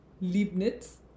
Leibniz